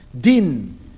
Din